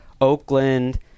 Oakland